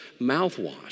mouthwash